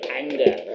anger